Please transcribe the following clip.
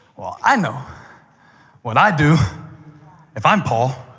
well, i know what i'd do if i'm paul.